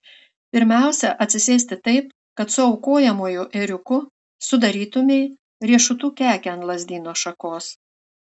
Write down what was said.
pirmiausia atsisėsti taip kad su aukojamuoju ėriuku sudarytumei riešutų kekę ant lazdyno šakos